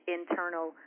internal